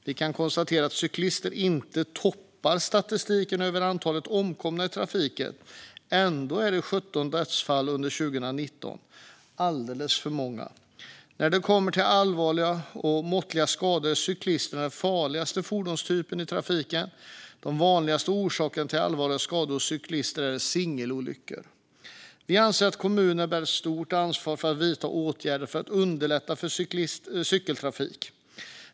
Vi kan konstatera att cyklister inte toppar statistiken över antalet omkomna i trafiken men att det ändå var 17 dödsfall under 2019, vilket är alldeles för många. När det kommer till allvarliga och måttliga skador är cykeln den farligaste fordonstypen i trafiken. Den vanligaste orsaken till allvarliga skador hos cyklister är singelolyckor. Vi anser att kommunerna bär ett stort ansvar för att vidta åtgärder för att underlätta för cykeltrafik.